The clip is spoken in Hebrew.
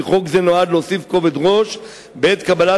כי "חוק זה נועד להוסיף כובד ראש בעת קבלת